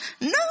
no